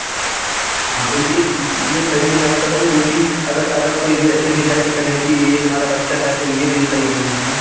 हाँ तो यह यह सही है आपका रोल क्योंकी अगर अदर कोई भी ऐसे भी जाकर कहे कि यह हमारा बच्चा है तो यह नहीं सही नहीं है ना